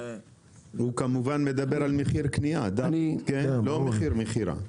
הוא כמובן מדבר על מחיר הקנייה, לא מחיר מכירה.